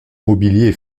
mobilier